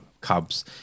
cubs